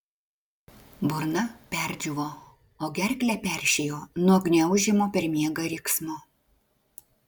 burna perdžiūvo o gerklę peršėjo nuo gniaužiamo per miegą riksmo